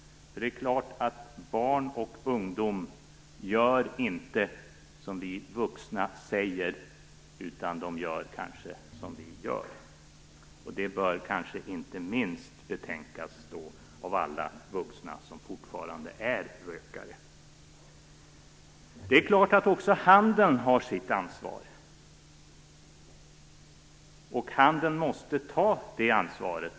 Det är klart att barn och ungdomar inte gör som vi vuxna säger att de skall göra utan som vi gör. Det bör kanske inte minst betänkas av alla vuxna som fortfarande är rökare. Det är klart att också handeln har sitt ansvar, och handeln måste ta detta ansvar.